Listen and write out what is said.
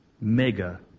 mega